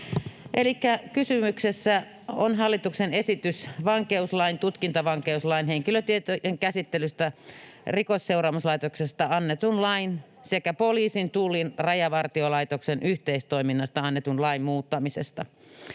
kysymyksessä on hallituksen esitys vankeuslain, tutkintavankeuslain, henkilötietojen käsittelystä Rikosseuraamuslaitoksessa annetun lain sekä poliisin, Tullin ja Rajavartiolaitoksen yhteistoiminnasta annetun lain muuttamisesta.